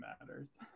matters